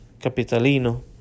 Capitalino